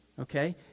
okay